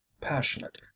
passionate